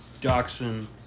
Dachshund